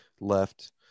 left